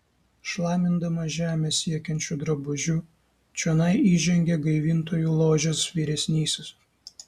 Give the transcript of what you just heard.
šlamindamas žemę siekiančiu drabužiu čionai įžengė gaivintojų ložės vyresnysis